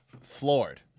floored